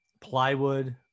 plywood